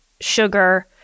sugar